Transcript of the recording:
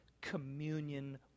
Communion